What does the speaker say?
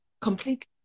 Completely